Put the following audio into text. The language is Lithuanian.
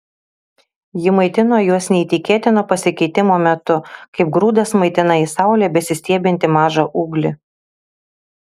ji maitino juos neįtikėtino pasikeitimo metu kaip grūdas maitina į saulę besistiebiantį mažą ūglį